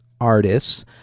artists